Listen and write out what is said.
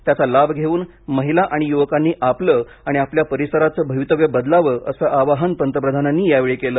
त्याचा प लाभ घेऊन महिला आणि युवकांनी आपलं आणि आपल्या परिसराचं भवितव्य बदलावं असं आवाहन पंतप्रधानांनी यावेळी केलं